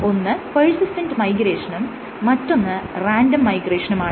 ഒന്ന് പെർസിസ്റ്റന്റ് മൈഗ്രേഷനും മറ്റൊന്ന് റാൻഡം മൈഗ്രേഷനുമാണ്